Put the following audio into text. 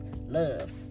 love